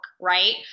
right